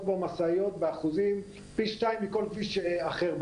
משאיות באחוזים פי 2 מכל כביש אחר בארץ,